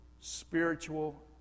spiritual